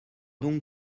donc